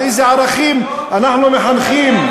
על איזה ערכים אנחנו מחנכים,